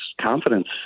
confidence